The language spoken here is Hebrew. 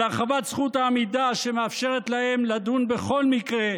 על הרחבת זכות העמידה, שמאפשרת להם לדון בכל מקרה.